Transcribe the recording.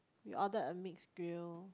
we ordered a mixed grill